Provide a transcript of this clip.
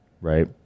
right